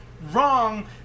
wrong